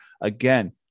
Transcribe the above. again